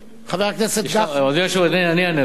חבר הכנסת גפני, אני אענה לך.